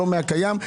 לא מהקיים,